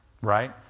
right